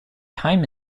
time